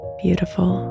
beautiful